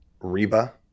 Reba